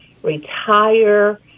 retire